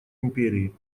империи